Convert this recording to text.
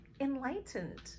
enlightened